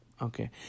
Okay